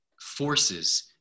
forces